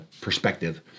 perspective